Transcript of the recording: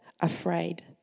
afraid